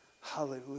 Hallelujah